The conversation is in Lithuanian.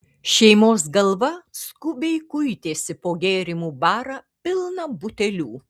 šeimos galva skubiai kuitėsi po gėrimų barą pilną butelių